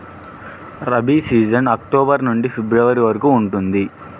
rabi season October నుండి February వరకు ఉంటుంది